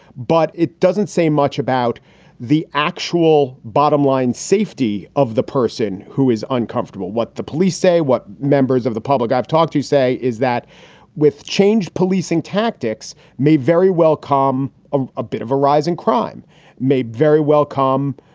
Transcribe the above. but it doesn't say much about the actual bottom line safety of the person who is uncomfortable. what the police say, what members of the public. i've talked to say is that with change, policing tactics may very well come on. a bit of a rise in crime may very well come.